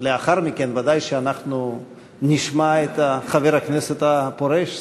לאחר מכן אנחנו נשמע ודאי את חבר הכנסת הפורש,